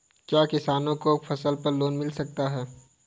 क्या किसानों को फसल पर लोन मिल सकता है?